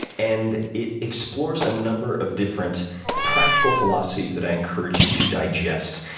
and it explores a number of different practical philosophies that i encourage you to digest.